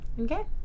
Okay